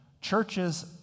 churches